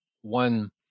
one